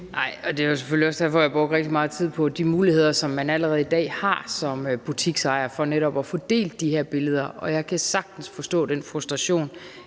det var selvfølgelig også derfor, jeg brugte rigtig meget tid på at tale om de muligheder, som man allerede i dag har som butiksejer for netop at få delt de her billeder. Jeg kan sagtens forstå den frustration,